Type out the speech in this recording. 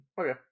Okay